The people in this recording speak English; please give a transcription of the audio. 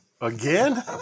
Again